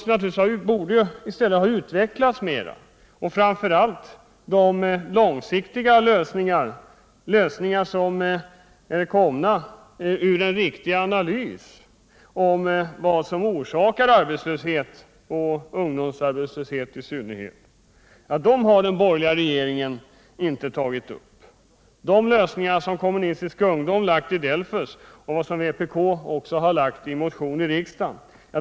Men de här frågorna borde i stället ha utvecklats mer — framför allt genom långsiktiga lösningar som är komna ur en riktig analys av vad som orsakar arbetslösheten och i synnerhet ungdomsarbetslösheten. Den borgerliga regeringen har inte tagit upp de lösningar som kommunistisk ungdöm fört fram i DELFUS och som vpk också framfört i en motion i riksdagen.